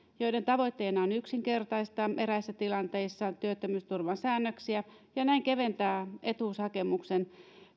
joiden tavoitteena on yksinkertaistaa eräissä tilanteissa työttömyysturvan säännöksiä ja näin keventää etuushakemuksen